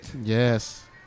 Yes